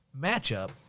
matchup